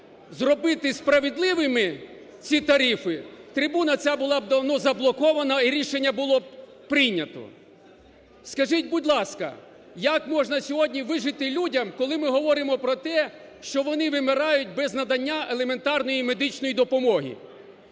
зробити справедливими ці тарифи, трибуна ця була б давно заблокована, і рішення було б прийнято. Скажіть, будь ласка, як можна сьогодні вижити людям, коли ми говоримо про те, що вони вимирають без надання елементарної медичної допомоги?